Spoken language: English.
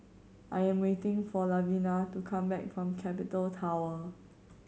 I am waiting for Lavina to come back from Capital Tower